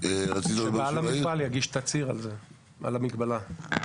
שבעל המפעל יגיש תצהיר על זה, על המגבלה.